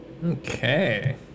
Okay